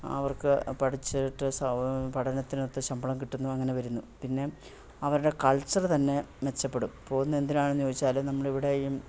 അവർക്ക് പഠിച്ചിട്ട് സൗ പഠനത്തിനൊത്ത് ശമ്പളം കിട്ടുന്നു അങ്ങനെ വരുന്നു പിന്നെ അവരുടെ കൾച്ചറ് തന്നെ മെച്ചപ്പെടും പോകുന്ന എന്തിനാണെന്ന് ചോദിച്ചാൽ നമ്മൾ ഇവിടെയും